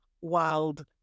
wild